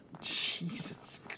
Jesus